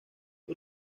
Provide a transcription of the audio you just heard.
sus